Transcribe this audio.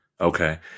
Okay